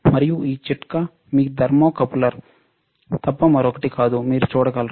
మరియు ఆ చిట్కా మీ థర్మోకపుల్ తప్ప మరొకటి కాదు మీరు చూడగలరు